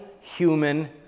human